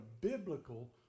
biblical